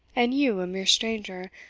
and you, a mere stranger,